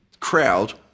Crowd